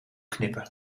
knippen